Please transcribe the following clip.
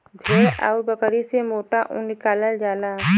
भेड़ आउर बकरी से मोटा ऊन निकालल जाला